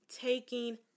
taking